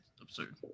Absurd